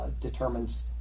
determines